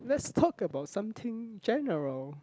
lets talk about something general